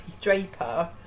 Draper